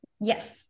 Yes